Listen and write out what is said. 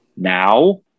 now